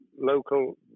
local